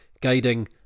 guiding